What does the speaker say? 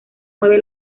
mueve